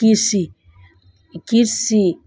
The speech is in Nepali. कृषि कृषि